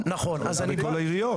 נכון, נוצרה בעיה, גם אגרות,